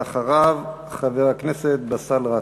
ואחריו, חבר הכנסת באסל גטאס.